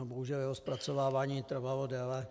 Bohužel jeho zpracovávání trvalo déle.